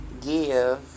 give